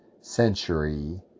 century